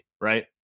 right